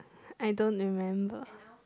I don't remember